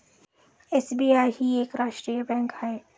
SBI ही एक राष्ट्रीय बँक आहे